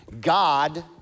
God